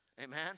amen